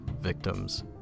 victims